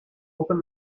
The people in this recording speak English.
open